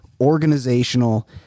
organizational